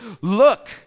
look